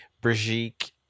Brigitte